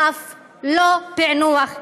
ואף לא פענוח אחד,